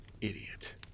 Idiot